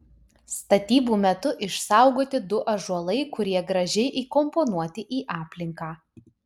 statybų metu išsaugoti du ąžuolai kurie gražiai įkomponuoti į aplinką